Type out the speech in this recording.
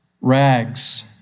rags